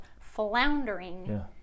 floundering